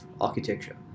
architecture